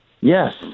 Yes